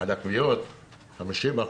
על הכוויות 50%,